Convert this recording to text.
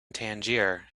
tangier